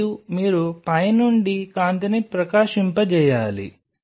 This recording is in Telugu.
మరియు మీరు పై నుండి కాంతిని ప్రకాశింపజేయాలి